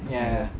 ya ya